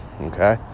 okay